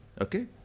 Okay